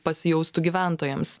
pasijaustų gyventojams